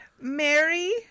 Mary